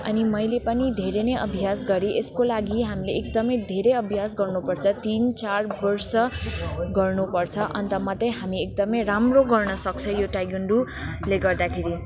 अनि मैले पनि धेरै नै अभ्यास गरेँ यसको लागि हामीले एकदमै धेरै अभ्यास गर्नुपर्छ तिन चार वर्ष गर्नुपर्छ अन्त मात्रै हामी एकदमै राम्रो गर्न सक्छ यो ताइक्वान्डोले गर्दाखेरि